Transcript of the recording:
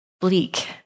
bleak